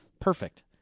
perfect